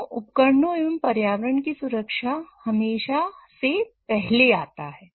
कर्मियों उपकरणों एवं पर्यावरण की सुरक्षा हमेशा से पहले आते है